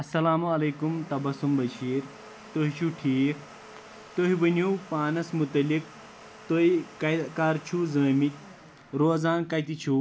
اَلسَلامُ علیکُم تبَسم بشیٖر تُہۍ چھُو ٹھیٖک تُہۍ ؤنِو پانَس مُتعلِق تُہۍ کَہ کَر چھُو زٲمٕتۍ روٗزان کَتہِ چھُو